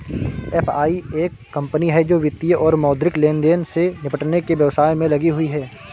FI एक कंपनी है जो वित्तीय और मौद्रिक लेनदेन से निपटने के व्यवसाय में लगी हुई है